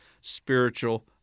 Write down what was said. spiritual